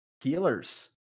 healers